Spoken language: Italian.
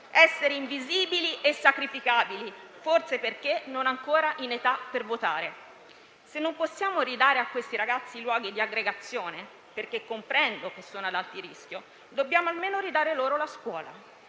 esseri invisibili e sacrificabili, forse perché non ancora in età per votare. Se non possiamo ridare a questi ragazzi i luoghi di aggregazione - comprendo che sono ad alto rischio - dobbiamo almeno ridare loro la scuola,